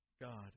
God